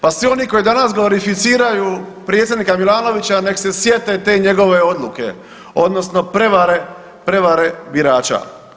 Pa svi oni koji danas glorificiraju predsjednika Milanovića nek se sjete te njegove odluke odnosno prevare, prevare birača.